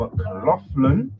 McLaughlin